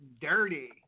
Dirty